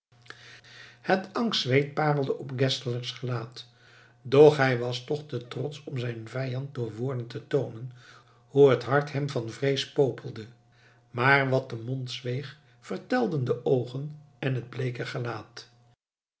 het angstzweet parelde op geszlers gelaat doch hij was toch te trotsch om zijn vijand door woorden te toonen hoe het hart hem van vrees popelde maar wat de mond zweeg vertelden de oogen en het bleeke gelaat